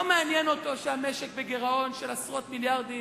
לא מעניין אותו שהמשק בגירעון של עשרות מיליארדים.